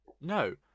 No